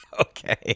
Okay